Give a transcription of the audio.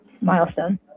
milestone